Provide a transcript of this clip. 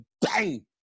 bang